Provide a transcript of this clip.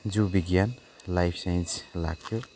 जीव बिज्ञान life science लाग्थ्यो